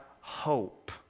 hope